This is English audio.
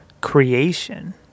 creation